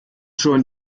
schon